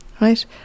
right